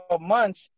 months